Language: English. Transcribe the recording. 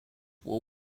will